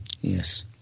Yes